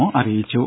O അറിയിച്ചു